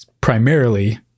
primarily